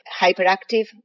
hyperactive